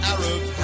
Arab